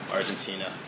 Argentina